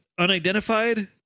Unidentified